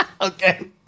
Okay